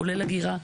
כולל אגירה.